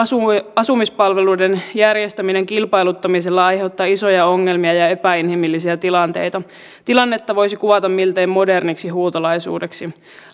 asumispalveluiden järjestäminen kilpailuttamisella aiheuttaa isoja ongelmia ja epäinhimillisiä tilanteita tilannetta voisi kuvata miltei moderniksi huutolaisuudeksi